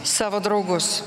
savo draugus